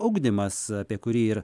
ugdymas apie kurį ir